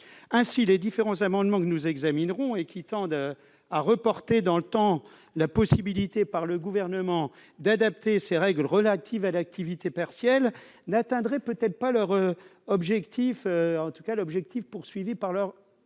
juin. Les différents amendements que nous examinerons et qui tendent à reporter dans le temps la possibilité pour le Gouvernement d'adapter ces règles relatives à l'activité partielle n'atteindront peut-être pas l'objectif recherché par leurs auteurs.